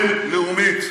והיא העוצמה הבין-לאומית,